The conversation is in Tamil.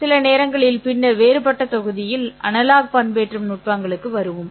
சில நேரங்களில் பின்னர் வேறுபட்ட தொகுதியில் அனலாக் பண்பேற்றம் நுட்பங்களுக்கு வருவோம்